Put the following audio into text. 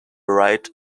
right